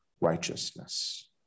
righteousness